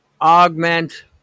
augment